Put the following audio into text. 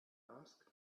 asked